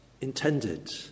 intended